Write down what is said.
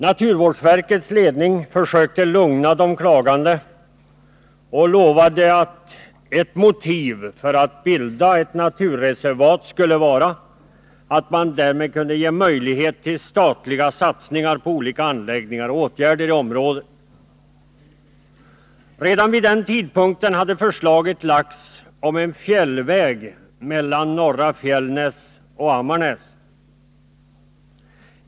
Naturvårdsverkets ledning försökte lugna de klagande och lovade att ett motiv för att bilda ett naturreservat skulle vara att man därmed kunde ge möjlighet till statliga satsningar på olika anläggningar och åtgärder i området. Redan vid den tidpunkten hade man lagt fram förslaget om en fjällväg mellan Norra Fjällnäs och Ammarnäs.